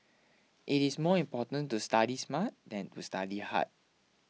it is more important to study smart than to study hard